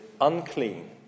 unclean